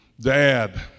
dad